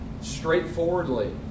straightforwardly